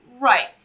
Right